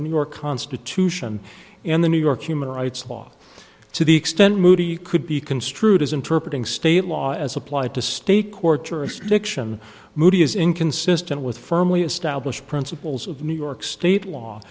the new york constitution and the new york human rights law to the extent moody could be construed as interpreted state law as applied to state court jurisdiction movie is inconsistent with firmly established principles of new york state law